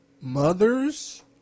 mother's